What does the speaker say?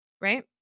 right